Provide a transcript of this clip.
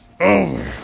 over